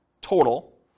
total